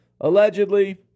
allegedly